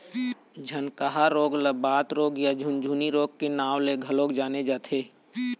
झनकहा रोग ल बात रोग या झुनझनी रोग के नांव ले घलोक जाने जाथे